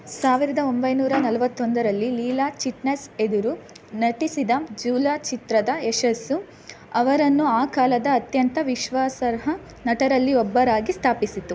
ಸಾವಿರ್ದ ಒಂಬೈನೂರ ನಲ್ವತ್ತೊಂದರಲ್ಲಿ ಲೀಲಾ ಚಿಟ್ನೆಸ್ ಎದುರು ನಟಿಸಿದ ಜೂಲಾ ಚಿತ್ರದ ಯಶಸ್ಸು ಅವರನ್ನು ಆ ಕಾಲದ ಅತ್ಯಂತ ವಿಶ್ವಾಸಾರ್ಹ ನಟರಲ್ಲಿ ಒಬ್ಬರಾಗಿ ಸ್ಥಾಪಿಸಿತು